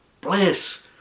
bless